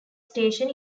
station